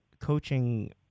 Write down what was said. coaching